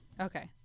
Okay